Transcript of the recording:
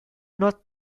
not